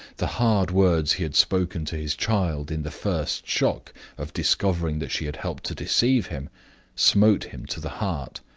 the hard words he had spoken to his child in the first shock of discovering that she had helped to deceive him smote him to the heart.